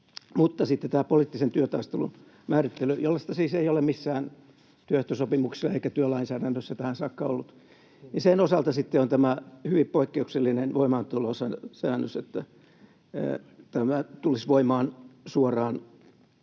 Mutta sitten tämän poliittisen työtaistelun määrittelyn osalta, josta siis ei ole missään työehtosopimuksissa eikä työlainsäädännössä tähän saakka ollut, on tämä hyvin poikkeuksellinen voimaantulosäännös, että työtaistelun kielto tulisi voimaan suoraan